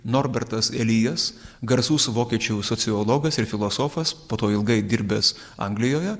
norbertas elijas garsus vokiečių sociologas ir filosofas po to ilgai dirbęs anglijoje